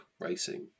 racing